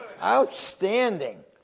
Outstanding